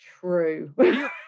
true